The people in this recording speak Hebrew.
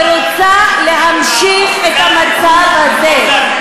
ורוצה להמשיך את המצב הזה.